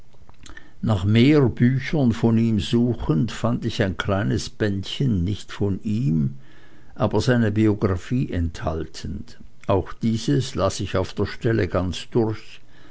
nach mehr büchern von ihm suchend fand ich ein kleines bändchen nicht von ihm aber seine biographie enthaltend auch dieses las ich auf der stelle ganz durch